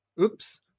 oops